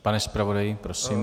Pane zpravodaji, prosím.